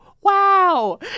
Wow